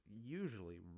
usually